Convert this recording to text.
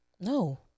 No